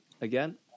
again